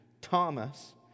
Thomas